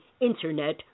internet